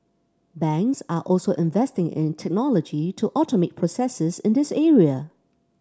banks are also investing in technology to automate processes in this area